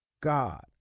God